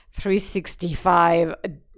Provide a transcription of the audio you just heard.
365